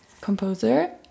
composer